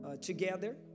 together